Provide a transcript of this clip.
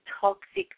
toxic